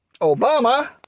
obama